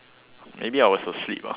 maybe I was asleep ah